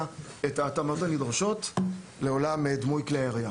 את ההתאמות הנדרשות לעולם דמוי כלי הירייה.